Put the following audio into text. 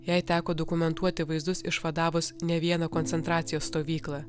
jai teko dokumentuoti vaizdus išvadavus ne vieną koncentracijos stovyklą